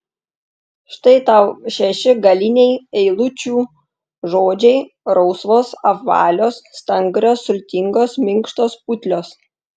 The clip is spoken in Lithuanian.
štai tau šeši galiniai eilučių žodžiai rausvos apvalios stangrios sultingos minkštos putlios